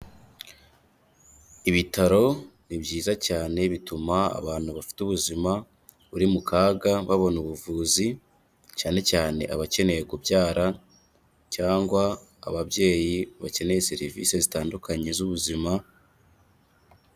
Ibitaro ni byiza cyane bituma abantu bafite ubuzima buri mu kaga babona ubuvuzi, cyane cyane abakeneye kubyara cyangwa ababyeyi bakeneye serivisi zitandukanye z'ubuzima,...